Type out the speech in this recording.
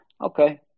Okay